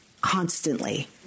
constantly